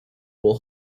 will